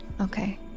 Okay